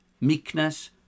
meekness